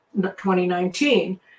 2019